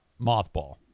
mothball